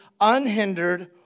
unhindered